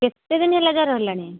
କେତେ ଦିନ ହେଲା ଜ୍ଵର ହେଲାଣି